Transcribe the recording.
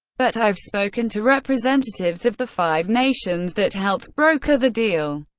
but i've spoken to representatives of the five nations that helped broker the deal,